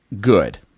good